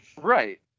right